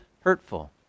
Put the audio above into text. hurtful